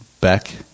Beck